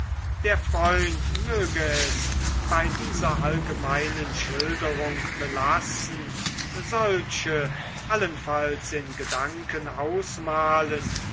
der freund möge es bei dieser allgemeinen schilderung belassen solche allenfalls in gedanken ausmalen